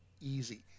easy